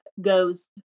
goes